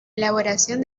elaboración